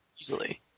Easily